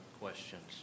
questions